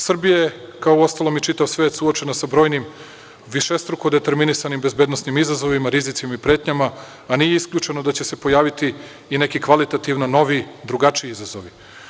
Srbija je, kao uostalom i čitav svet, suočena sa brojnim višestruko determinisanim bezbednosnim izazovima, rizicima i pretnjama, a nije isključeno da će se pojaviti i neki kvalitativno novi, drugačiji izazov.